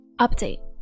update